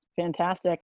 Fantastic